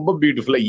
beautiful